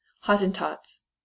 Hottentots